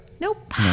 Nope